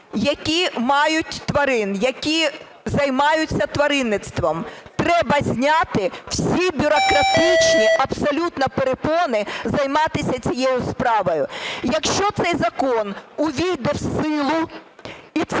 які мають тварин, які займаються тваринництвом, треба зняти всі бюрократичні абсолютно перепони займатися цією справою. Якщо цей закон увійде в силу і цей